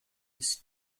ist